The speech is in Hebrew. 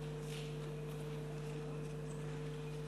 תודה רבה.